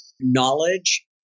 knowledge